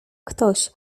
ktoś